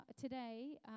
today